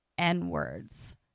n-words